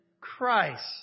Christ